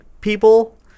people